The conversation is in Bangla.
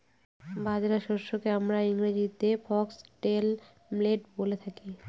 বাজরা শস্যকে আমরা ইংরেজিতে ফক্সটেল মিলেট বলে থাকি